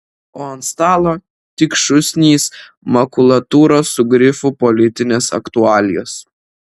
o ant stalo tik šūsnys makulatūros su grifu politinės aktualijos